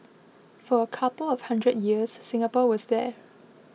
for a couple of hundred years Singapore was there